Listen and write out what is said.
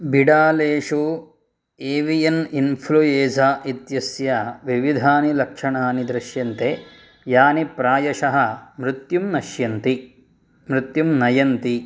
बिडालेषु avian influenza इत्यस्य विविधानि लक्षणानि दृश्यन्ते यानि प्रायशः मृत्युं नश्यन्ति मृत्युं नयन्ति